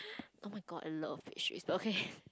oh-my-god I love pastries okay